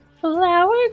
Flower